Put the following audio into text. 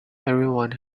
everyone